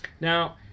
Now